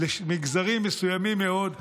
למגזרים מסוימים מאוד,